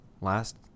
last